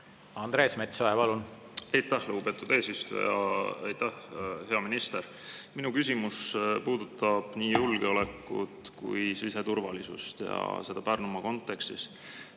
Andres Metsoja, palun! Aitäh, lugupeetud eesistuja! Aitäh, hea minister! Minu küsimus puudutab nii julgeolekut kui ka siseturvalisust, ja seda Pärnumaa kontekstis.